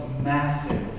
massive